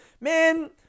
Man